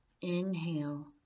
Inhale